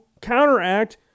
counteract